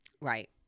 right